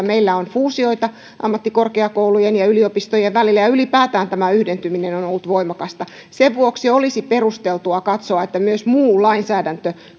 meillä on fuusioita ammattikorkeakoulujen ja yliopistojen välillä ja ylipäätään tämä yhdentyminen on on ollut voimakasta sen vuoksi olisi perusteltua katsoa että myös muu lainsäädäntö